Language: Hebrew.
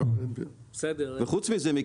וחוץ מזה,